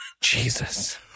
Jesus